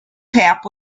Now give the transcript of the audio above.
tap